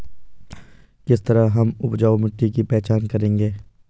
किस तरह हम उपजाऊ मिट्टी की पहचान करेंगे?